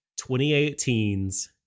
2018's